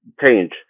change